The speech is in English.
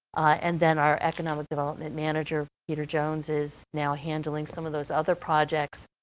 and then our economic development manager, peter jones is now handling some of those other projects,